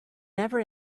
never